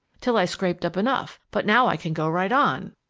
till i scraped up enough, but now i can go right on.